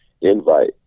invite